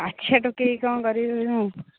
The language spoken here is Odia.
ପାଛିଆ ଟୋକେଇ କ'ଣ କରିବି ମୁଁ